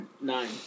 Nine